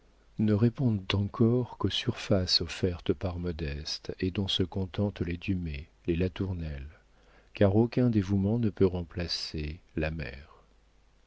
ne répondent encore qu'aux surfaces offertes par modeste et dont se contentent les dumay les latournelle car aucun dévouement ne peut remplacer la mère